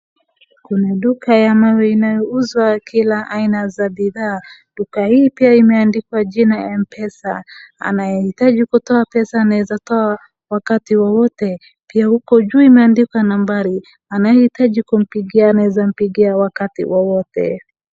Kuna duka ya mawe inayouzwa kila aina za bidhaa. Duka hii pia imeandikwa jina ya M-PESA. Anayehitaji kutoa pesa anaweza toa wakati wowote. Pia huko juu imeandikwa nambari anayehitaji kumpigia anaweza mpigia wakati wowote.